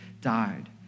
died